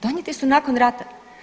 Donijeti su nakon rata.